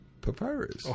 Papyrus